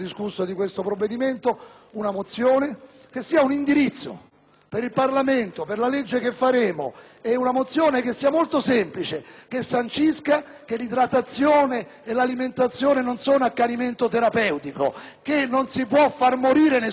che sancisca che l'idratazione e l'alimentazione non sono accanimento terapeutico e che non si può far morire nessuno di fame e di sete. *(Applausi dai Gruppi PdL e LNP)*. E questa mozione vogliamo che la voti il Senato domani, signor Presidente.